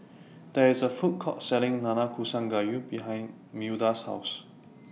There IS A Food Court Selling Nanakusa Gayu behind Milda's House